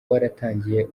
waratangiye